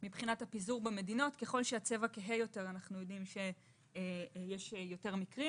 מבחינת הפיזור במדינות ככל שהצבע כהה יותר יש יותר מקרים.